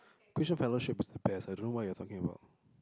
Christian fellowships is the best I don't know what you are talking about